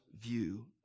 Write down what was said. view